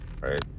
right